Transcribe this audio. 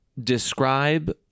Describe